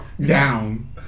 Down